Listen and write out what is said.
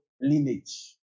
lineage